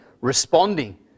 responding